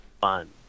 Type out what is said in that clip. fun